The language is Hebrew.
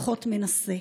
לפחות מנסה".